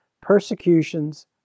persecutions